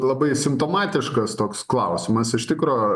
labai simptomatiškas toks klausimas iš tikro